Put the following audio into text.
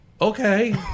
Okay